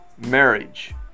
marriage